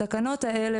בתקנות האלה,